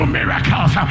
miracles